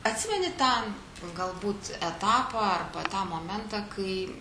atsimeni tą galbūt etapą tą momentą kai